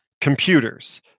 computers